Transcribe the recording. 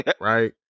right